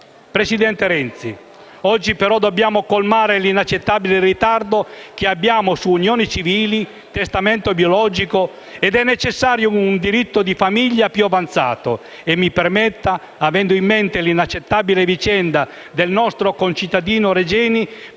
Presidente Renzi, oggi, però, dobbiamo colmare l'inaccettabile ritardo che abbiamo su unioni civili e testamento biologico, ed è necessario un diritto di famiglia più avanzato e - mi permetta, avendo in mente l'inaccettabile vicenda del nostro concittadino Giulio